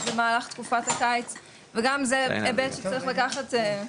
במהלך תקופת הקיץ וגם זה היבט שצריך לקחת.